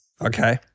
Okay